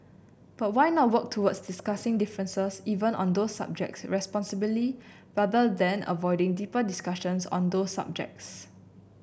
but why not work towards discussing differences even on those subject responsibly rather than avoiding deeper discussions on those subjects